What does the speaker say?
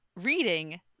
reading